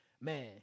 man